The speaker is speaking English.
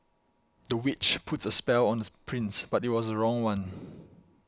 the witch puts a spell on the prince but it was the wrong one